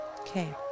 Okay